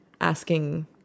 asking